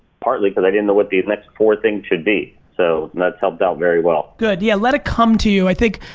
partly cause i didn't know what these next four things should be. so, that's helped out very well. good, yeah, let it come to you, i think.